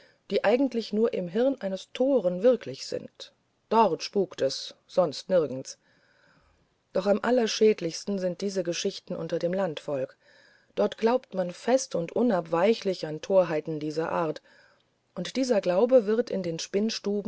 die eigentlich nur im hirn eines toren wirklich sind dort spukt es sonst nirgends doch am allerschädlichsten sind diese geschichten unter dem landvolk dort glaubt man fest und unabweichlich an torheiten dieser art und dieser glaube wird in den